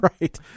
Right